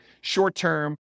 short-term